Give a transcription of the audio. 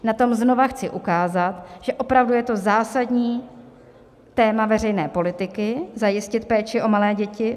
Na tom znova chci ukázat, že opravdu je to zásadní téma veřejné politiky zajistit péči o malé děti.